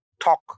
talk